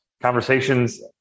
conversations